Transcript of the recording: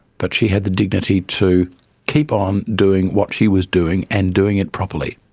but she had the dignity to keep on doing what she was doing and doing it properly.